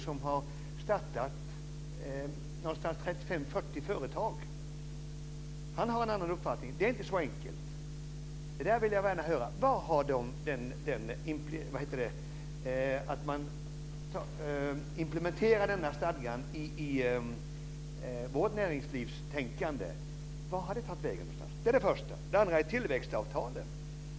Han har startat 35-40 företag. Han har en annan uppfattning. Det är inte så enkelt. Det vill jag gärna höra om. Vad har hänt med att implementera denna stadga i vårt näringslivstänkande? Var har det tagit vägen? Det är det första. Det andra är tillväxtavtalen.